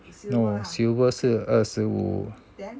no silver 是二十五